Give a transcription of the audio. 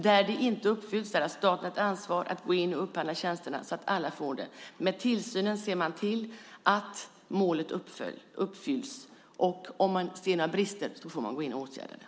Där det inte uppfylls har staten ett ansvar att gå in och upphandla tjänsterna så att alla får det. Med tillsynen ser man till att målet uppfylls. Om man ser några brister får man gå in och åtgärda dem.